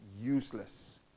useless